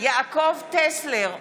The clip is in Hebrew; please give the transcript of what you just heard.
יעקב טסלר,